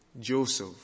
Joseph